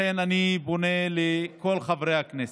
לכן אני פונה לכל חברי הכנסת,